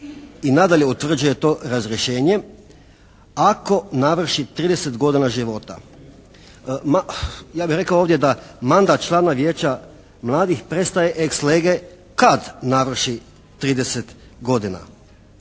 i nadalje utvrđuje to razrješenje ako navrši 30 godina života. Ma ja bih rekao ovdje da mandat člana Vijeća mladih prestaje ex lege kad navrši 30 godina.